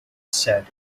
said